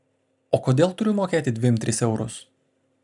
o kodėl turiu mokėti dvim tris eurus